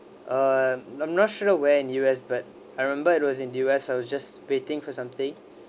um I'm not sure where in U_S but I remember it was in U_S I was just waiting for something